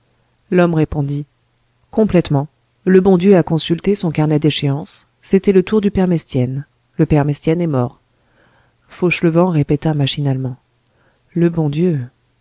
l'homme répondit complètement le bon dieu a consulté son carnet d'échéances c'était le tour du père mestienne le père mestienne est mort fauchelevent répéta machinalement le bon dieu